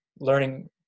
learning